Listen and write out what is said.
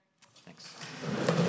Thanks